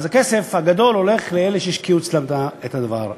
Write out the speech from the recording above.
אז הכסף הגדול הולך לאלה שהשקיעו אצלם את הדבר.